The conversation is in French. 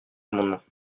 amendement